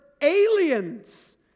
aliens